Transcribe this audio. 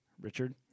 Richard